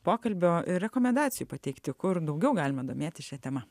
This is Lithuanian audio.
pokalbio ir rekomendacijų pateikti kur daugiau galima domėtis šia tema